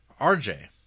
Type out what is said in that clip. RJ